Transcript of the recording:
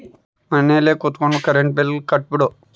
ಮನೆಲ್ ಕುತ್ಕೊಂಡ್ current bill ಕಟ್ಬೊಡು